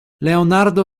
leonardo